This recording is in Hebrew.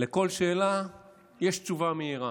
לכל שאלה יש תשובה מהירה,